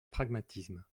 pragmatisme